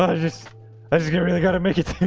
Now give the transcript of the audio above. ah just i just yeah really gotta make it